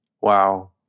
Wow